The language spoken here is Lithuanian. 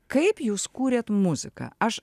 kaip jūs kūrėt muziką aš